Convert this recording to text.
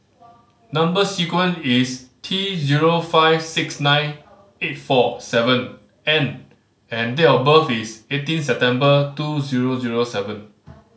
number sequence is T zero five six nine eight four seven N and date of birth is eighteen September two zero zero seven